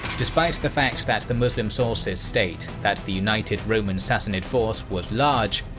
despite the fact that the muslim sources state that the united roman-sassanid force was large,